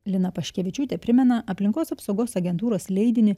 lina paškevičiūtė primena aplinkos apsaugos agentūros leidinį